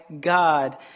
God